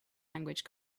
language